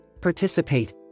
Participate